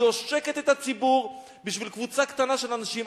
היא עושקת את הציבור בשביל קבוצה קטנה של אנשים.